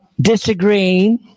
disagreeing